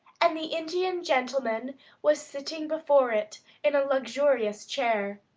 and the indian gentleman was sitting before it, in a luxurious chair.